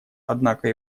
однако